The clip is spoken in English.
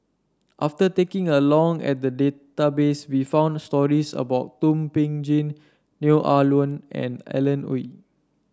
after taking a long at the database we found stories about Thum Ping Tjin Neo Ah Luan and Alan Oei